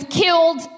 killed